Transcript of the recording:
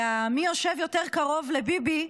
ומי יושב יותר קרוב לביבי,